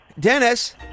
Dennis